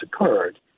occurred